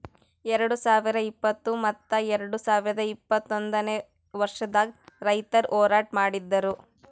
ಎರಡು ಸಾವಿರ ಇಪ್ಪತ್ತು ಮತ್ತ ಎರಡು ಸಾವಿರ ಇಪ್ಪತ್ತೊಂದನೇ ವರ್ಷದಾಗ್ ರೈತುರ್ ಹೋರಾಟ ಮಾಡಿದ್ದರು